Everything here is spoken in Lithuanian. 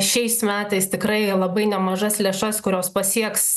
šiais metais tikrai labai nemažas lėšas kurios pasieks